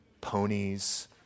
Ponies